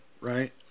right